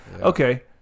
okay